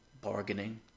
bargaining